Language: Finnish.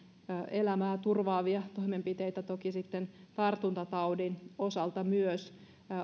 elämää turvaavia toimenpiteitä toki sitten tartuntataudin osalta myös euroopassa